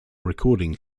recording